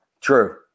True